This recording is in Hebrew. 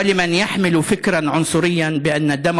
(אומר בערבית: ולמי שמאמץ חשיבה גזענית שדמו